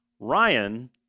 Ryan